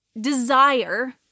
desire